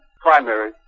primary